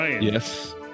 Yes